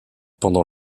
pendant